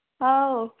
ꯍꯥꯎ